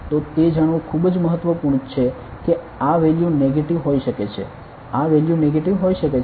તો તે જાણવું ખૂબ જ મહત્વપૂર્ણ છે કે આ વેલ્યુ નેગેટિવ હોઈ શકે છે આ વેલ્યુ નેગેટિવ હોઈ શકે છે